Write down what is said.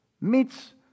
meets